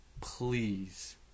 please